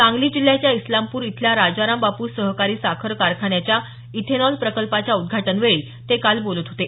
सांगली जिल्ह्याच्या इस्लामपूर इथल्या राजाराम बापू सहकारी साखर कारखान्याच्या इथेनॉल प्रकल्पाच्या उद्घाटनवेळी ते काल बोलत होते